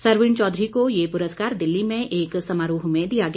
सरवीण चौधरी को ये पुरस्कार दिल्ली में एक समारोह में दिया गया